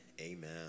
Amen